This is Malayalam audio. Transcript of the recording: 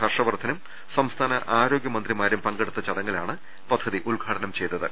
ഹർഷ വർദ്ധനും സംസ്ഥാന ആരോഗൃ മന്ത്രിമാരും പങ്കെടുത്ത ചടങ്ങിലാണ് പദ്ധതി ഉദ്ഘാടനം ചെയ്തത്